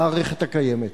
למערכת הקיימת?